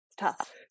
tough